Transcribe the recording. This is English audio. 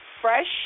fresh